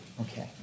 Okay